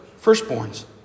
firstborns